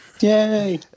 yay